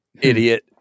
idiot